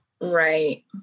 right